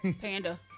Panda